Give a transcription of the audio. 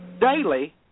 daily